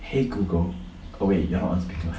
!hey! Google oh wait am I on speaker